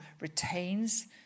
retains